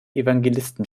evangelisten